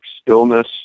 stillness